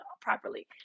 properly